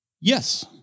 yes